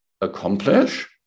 accomplish